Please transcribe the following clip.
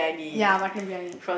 ya mutton briyani